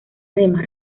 además